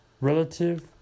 Relative